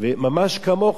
ממש כמוך.